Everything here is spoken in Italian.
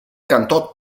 cantò